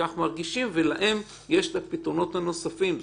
שכך מרגישים ולהם יש את הפתרונות הנוספים.